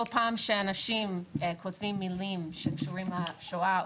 כל פעם שאנשים כותבים מילים שקשורים לשואה,